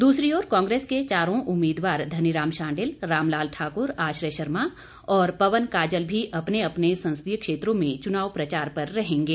दूसरी ओर कांग्रेस के चारों उम्मीदवार धनीराम शांडिल रामलाल ठाक्र आश्रय शर्मा और पवन काजल भी अपने अपने संसदीय क्षेत्रों में चुनाव प्रचार पर रहेंगे